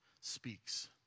speaks